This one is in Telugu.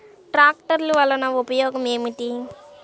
ట్రాక్టర్లు వల్లన ఉపయోగం ఏమిటీ?